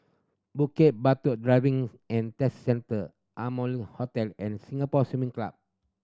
Bukit Batok Driving and Test Centre Amoy Hotel and Singapore Swimming Club